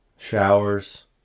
Showers